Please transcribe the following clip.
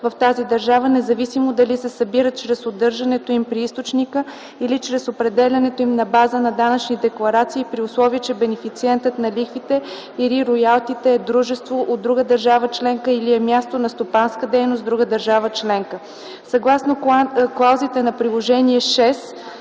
в тази държава, независимо дали се събират чрез удържането им при източника или чрез определянето им на базата на данъчни декларации, при условие че бенефициерът на лихвите или роялтите е дружество от друга държава членка или е с място на стопанска дейност в друга държава членка. Съгласно клаузите на Приложение